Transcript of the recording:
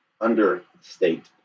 understate